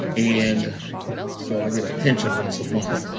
and so, i get a pension once a month.